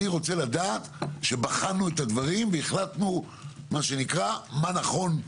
אני רוצה לדעת שבחנו את הדברים והחלטנו מה שנקרא מה נכון,